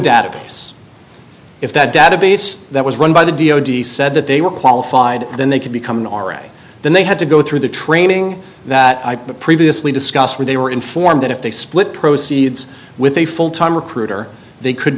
database if that database that was run by the d o d said that they were qualified then they could become an r a then they had to go through the training that i previously discussed where they were informed that if they split proceeds with a full time recruiter they could